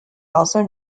also